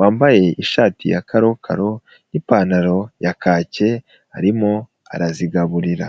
wambaye ishati ya karokaro y'ipantaro ya kake arimo arazigaburira.